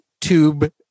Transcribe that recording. tube